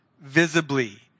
visibly